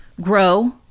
grow